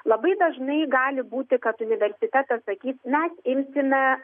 labai dažnai gali būti kad universitetas sakys mes imsime